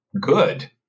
good